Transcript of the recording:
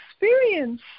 experience